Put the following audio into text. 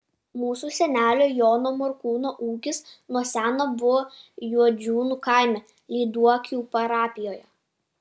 mūsų senelio jono morkūno ūkis nuo seno buvo juodžiūnų kaime lyduokių parapijoje